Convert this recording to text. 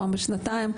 פעם בשנתיים,